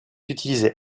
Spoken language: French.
utilisée